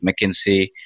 McKinsey